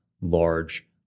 large